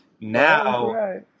now